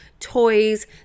toys